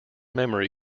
memory